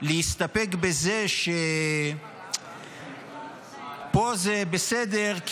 להסתפק בזה שפה זה בסדר,